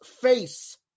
face